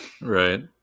Right